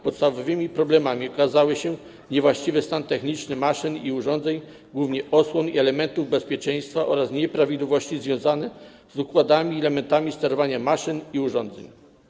Podstawowymi problemami okazały się niewłaściwy stan techniczny maszyn i urządzeń, głównie osłon i elementów bezpieczeństwa, oraz nieprawidłowości związane z układami i elementami sterowania maszyn i urządzeń.